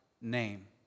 name